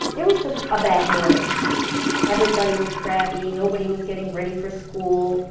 it was just a bad morning everybody was crabby, nobody was getting ready for school,